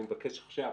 אני מבקש עכשיו